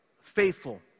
Faithful